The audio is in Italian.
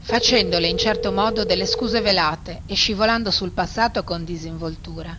facendole in certo modo delle scuse velate e scivolando sul passato con disinvoltura